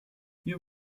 hier